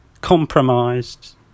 compromised